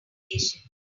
deviation